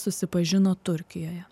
susipažino turkijoje